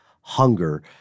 hunger